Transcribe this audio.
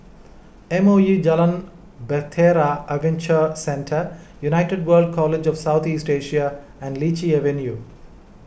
M O E Jalan Bahtera Adventure Centre United World College of South East Asia and Lichi Avenue